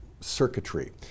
circuitry